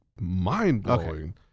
mind-blowing